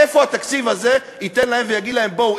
איפה התקציב הזה ייתן להם ויגיד להם: בואו,